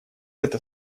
это